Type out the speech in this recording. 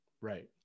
Right